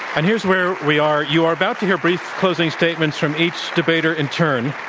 and here's where we are. you are about to hear brief closing statements from each debater in turn.